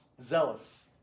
Zealous